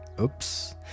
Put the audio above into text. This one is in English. Oops